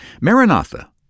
Maranatha